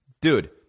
Dude